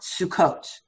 Sukkot